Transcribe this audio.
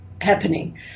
happening